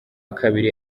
kabiri